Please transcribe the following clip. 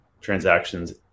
transactions